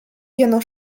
jeno